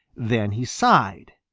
then he sighed.